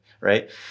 right